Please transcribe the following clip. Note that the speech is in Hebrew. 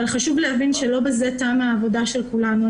חשוב להבין שבזה לא תמה העבודה של כולנו.